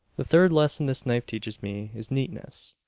the third lesson this knife teaches me is neatness.